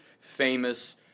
famous